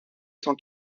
cent